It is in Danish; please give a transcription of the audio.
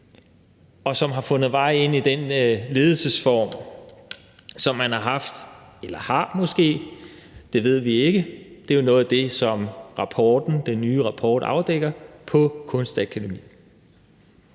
og som har fundet vej ind i den ledelsesform, som man har haft eller måske har – det ved vi ikke, det er jo noget af det, som den nye rapport afdækker – på Kunstakademiet.